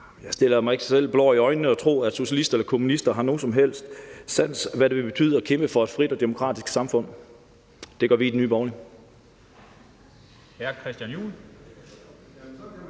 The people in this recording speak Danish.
Jeg stikker ikke mig selv blår i øjnene og tror, at socialister eller kommunister har nogen som helst sans for, hvad det vil betyde at kæmpe for et frit og demokratisk samfund. Det gør vi i Nye Borgerlige.